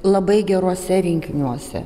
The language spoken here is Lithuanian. labai geruose rinkiniuose